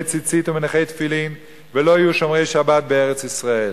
ציצית ומניחי תפילין ולא יהיו שומרי שבת בארץ-ישראל.